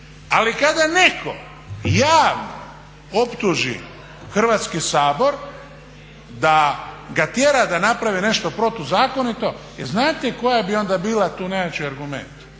Ali kada netko javno optuži Hrvatski sabor da ga tjera da napravi nešto protuzakonito jer znate koji bi onda bio tu najjači argument?